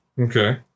Okay